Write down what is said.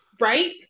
Right